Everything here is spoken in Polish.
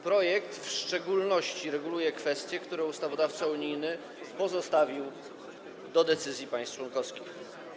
Projekt w szczególności reguluje kwestie, które ustawodawca unijny pozostawił do decyzji państw członkowskich.